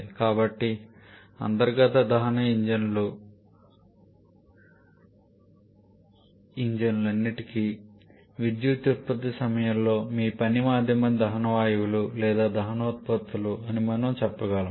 కాబట్టి ఈ అంతర్గత దహన ఇంజిన్లన్నింటికీ విద్యుత్ ఉత్పత్తి సమయంలో మీ పని మాధ్యమం దహన వాయువులు లేదా దహన ఉత్పత్తులు అని మనము చెప్పగలం